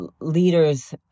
leaders